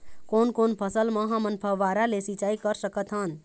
कोन कोन फसल म हमन फव्वारा ले सिचाई कर सकत हन?